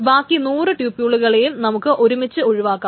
ബാക്കി 100 ട്യൂപൂൾകളെയും നമുക്ക് ഒരുമിച്ച് ഒഴിവാക്കാം